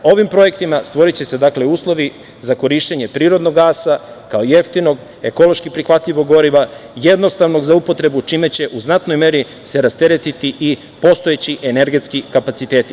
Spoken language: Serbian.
Ovim projektima stvoriće se uslovi za korišćenje prirodnog gasa kao jeftinog, ekološki prihvatljivog goriva, jednostavnog za upotrebu, čime će se u znatnoj meri rasteretiti i postojeći energetski kapaciteti.